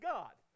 God